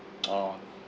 oh